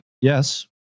yes